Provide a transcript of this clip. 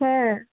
হ্যাঁ